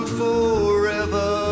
forever